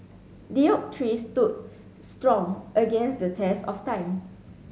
the oak tree stood strong against the test of time